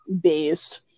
based